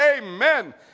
amen